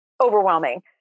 overwhelming